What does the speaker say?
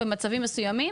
במצבים מסוימים